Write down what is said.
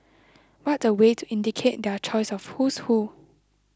what a way to indicate their choice of who's who